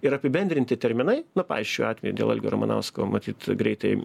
ir apibendrinti terminai na payš šiuo atveju dėl algio ramanausko matyt greitai